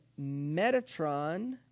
Metatron